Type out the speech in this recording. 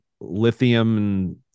lithium